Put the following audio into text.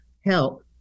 help